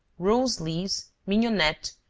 rose leaves, mignonette,